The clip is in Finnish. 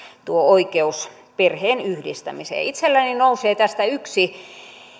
oikeus perheenyhdistämiseen itselläni nousee tästä yksi